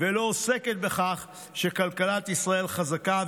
ולא עוסקת בכך שהכלכלה הישראלית חזקה,